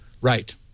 Right